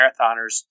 marathoners